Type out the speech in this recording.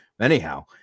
Anyhow